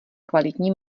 kvalitní